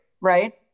right